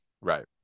right